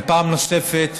ופעם נוספת,